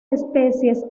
especies